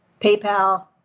PayPal